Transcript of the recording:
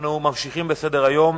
ממשיכים בסדר-היום.